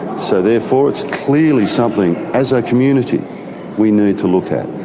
so therefore it's clearly something as a community we need to look at.